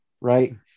right